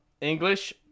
English